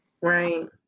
Right